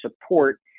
support